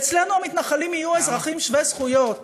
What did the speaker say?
אצלנו המתנחלים יהיו אזרחים שווי זכויות